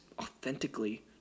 authentically